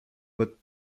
but